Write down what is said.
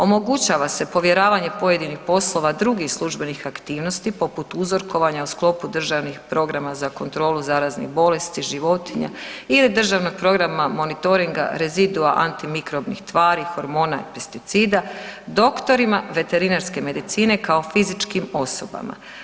Omogućava se povjeravanja pojedinih poslova drugih službenih aktivnosti poput uzorkovanja u sklopu državnih programa za kontrolu zaraznih bolesti životinja ili državnog programa monitoringa rezidua antimikrobnih tvari, hormona, pesticida, doktorima veterinarske medicine, kao fizičkim osobama.